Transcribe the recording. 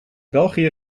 belgië